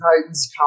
titans